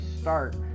start